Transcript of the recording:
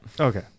Okay